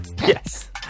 Yes